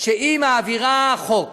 שהיא מעבירה חוק